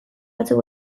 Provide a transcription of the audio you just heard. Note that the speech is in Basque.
batzuk